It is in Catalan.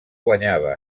guanyava